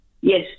Yes